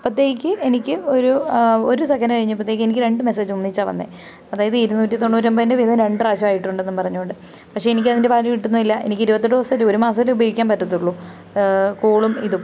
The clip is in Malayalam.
അപ്പോഴത്തേക്ക് എനിക്ക് ഒരു ഒരു സെക്കൻഡ് കഴിഞ്ഞപ്പോഴത്തേക്ക് എനിക്ക് രണ്ട് മെസ്സേജ്ജ് ഒന്നിച്ചാണ് വന്നത് അതായത് ഇരുന്നൂറ്റി തൊണ്ണൂറ്റിയൊൻപതിൻ്റെ വീതം രണ്ട് പ്രാവശ്യമായിട്ടുണ്ടെന്നും പറഞ്ഞുകൊണ്ട് പക്ഷേ എനിക്കതിൻ്റെ വാല്യു കിട്ടുന്നതേയില്ല എനിക്ക് ഇരുപത്തിയെട്ട് ദിവസമേ ഒരു മാസമല്ലെ ഉപയോഗിക്കാൻ പറ്റത്തുള്ളൂ കോളും ഇതും